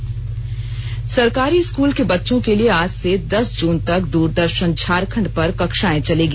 दूरदर्षन पढाई सरकारी स्कूल के बच्चों के लिए आज से दस जून तक द्रदर्शन झारखंड पर कक्षाएं चलेगी